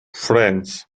friends